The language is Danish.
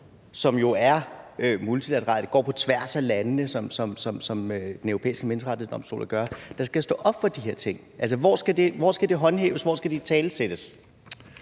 som jo er multilateral, går på tværs af landene, som Den Europæiske Menneskerettighedsdomstol gør, der skal stå op for de her ting? Altså, hvor skal det håndhæves? Hvor skal det italesættes?